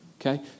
Okay